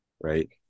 Right